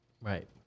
right